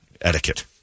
etiquette